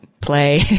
Play